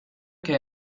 que